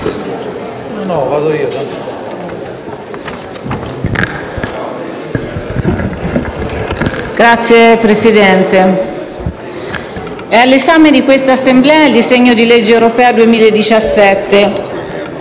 Signor Presidente, è all'esame di questa Assemblea il disegno di legge europea 2017,